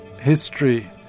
history